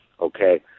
okay